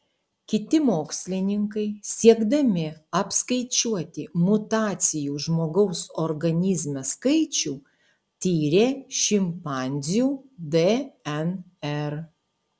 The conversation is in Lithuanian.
kiti mokslininkai siekdami apskaičiuoti mutacijų žmogaus organizme skaičių tyrė šimpanzių dnr